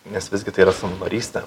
nes visgi tai yra savanorystė